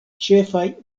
ĉefaj